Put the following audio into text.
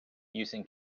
using